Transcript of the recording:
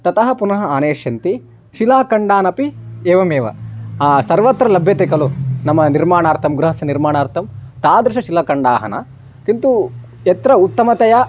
ततः पुनः आनयिष्यन्ति शिलाखण्डानपि एवमेव सर्वत्र लभ्यते खलु नाम निर्माणार्थं गृहस्य निर्माणार्थं तादृशाः शिलाखण्डाः न किन्तु यत्र उत्तमतया